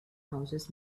houses